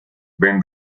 ben